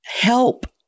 help